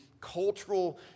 cultural